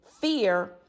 fear